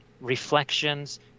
reflections